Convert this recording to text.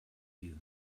you